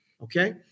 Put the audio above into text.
Okay